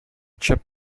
chip